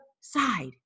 side